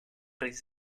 risc